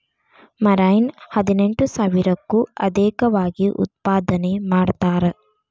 marine ಹದಿನೆಂಟು ಸಾವಿರಕ್ಕೂ ಅದೇಕವಾಗಿ ಉತ್ಪಾದನೆ ಮಾಡತಾರ